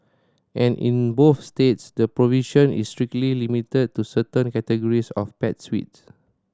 and in both states the provision is strictly limited to certain categories of pets suits